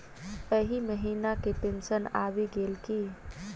एहि महीना केँ पेंशन आबि गेल की